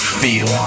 feel